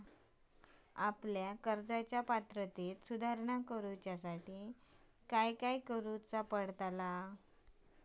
आपल्या कर्ज पात्रतेत सुधारणा करुच्यासाठी काय काय करूचा लागता?